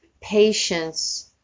patience